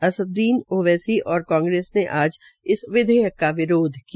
असद्द्दीन ओवैसी और कांग्रेस ने विधेयक का विरोध किया